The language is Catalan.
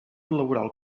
laboral